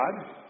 God